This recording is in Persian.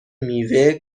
میوه